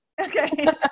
Okay